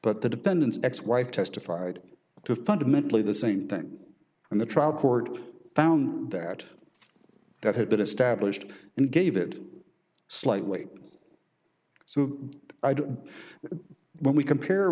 but the defendant's ex wife testified to fundamentally the same thing and the trial court found that that had been established and gave it slightly so i don't know when we compare